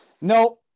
no